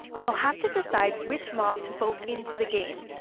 you'll have to decide which mob to vote into the game,